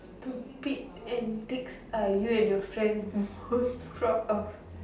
stupid antics are you and your friend most proud of